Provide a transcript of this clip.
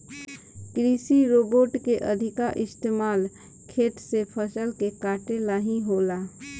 कृषि रोबोट के अधिका इस्तमाल खेत से फसल के काटे ला ही होला